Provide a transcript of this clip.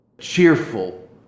cheerful